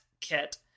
kit